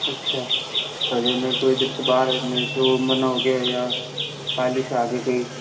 अच्छा और जो मेरे को इधर से बाहर है मेरे से वह मना हो गया है या पाली से आगे कहीं